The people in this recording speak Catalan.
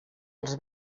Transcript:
els